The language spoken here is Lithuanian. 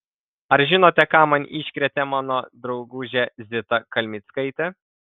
ar žinote ką man iškrėtė mano draugužė zita kelmickaitė